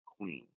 queen